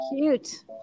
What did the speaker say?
cute